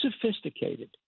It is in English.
sophisticated